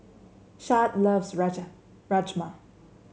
Shad loves Rajma